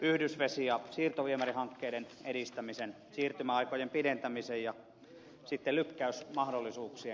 yhdysvesi ja siirtoviemärihankkeiden edistämisen siirtymäaikojen pidentämisen ja sitten lykkäysmahdollisuuksien kautta